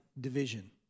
division